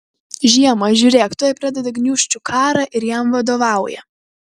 žiemą žiūrėk tuoj pradeda gniūžčių karą ir jam vadovauja